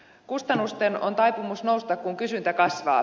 kustannusten on taipumus nousta kun kysyntä kasvaa